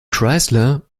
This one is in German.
chrysler